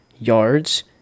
yards